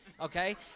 okay